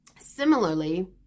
Similarly